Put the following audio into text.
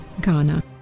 Ghana